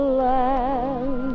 land